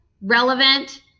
relevant